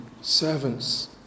servants